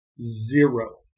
Zero